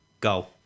Go